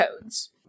Codes